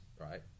right